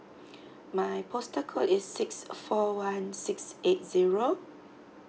my postal code is six four one six eight zero